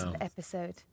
episode